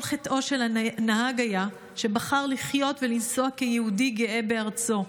כל חטאו של הנהג היה שבחר לחיות ולנסוע כיהודי גאה בארצו.